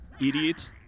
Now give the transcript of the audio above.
idiot